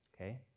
okay